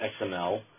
XML